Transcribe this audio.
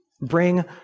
bring